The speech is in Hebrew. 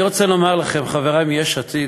אני רוצה לומר לכם, חברי מיש עתיד,